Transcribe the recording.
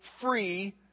free